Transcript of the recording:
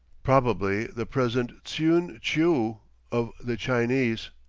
probably the present tsieun-tcheou of the chinese,